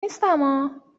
نیستما